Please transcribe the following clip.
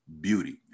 beauty